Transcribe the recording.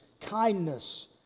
kindness